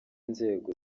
nzego